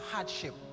Hardship